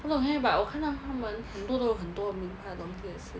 不懂 eh 我看到他们很多都有名牌的东西也是